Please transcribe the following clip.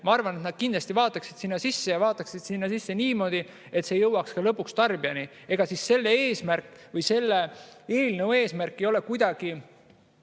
Ma arvan, et nad kindlasti vaataksid sinna sisse ja vaataksid sinna sisse niimoodi, et see jõuaks ka lõpuks tarbijani. Ega siis selle eelnõu eesmärk ei ole poepidajaid